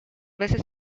veces